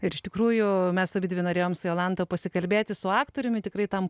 ir iš tikrųjų mes abidvi norėjom su jolanta pasikalbėti su aktoriumi tikrai tam